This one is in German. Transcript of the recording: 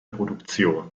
produktion